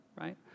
right